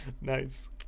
Nice